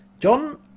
John